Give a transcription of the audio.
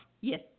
Yes